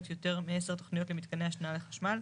יותר מעשר תוכניות למתקני השנאה לחשמל,